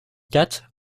quatre